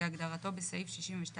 כהגדרתו בסעיף 62 (א'),